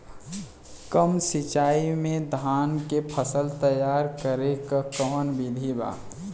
कम सिचाई में धान के फसल तैयार करे क कवन बिधि बा?